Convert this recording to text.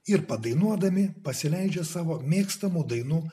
ir padainuodami pasileidžia savo mėgstamų dainų